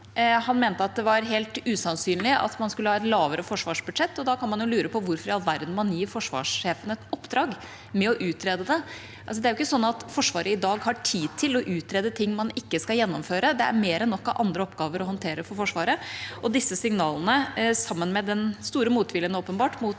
Han mente det var helt usannsynlig at man skulle ha et lavere forsvarsbudsjett. Da kan man lure på hvorfor i all verden man gir forsvarssjefen i oppdrag å utrede det. Det er ikke slik at Forsvaret i dag har tid til å utrede ting man ikke skal gjennomføre. Det er mer enn nok av andre oppgaver å håndtere for Forsvaret. Disse signalene sammen med den store motviljen – åpenbart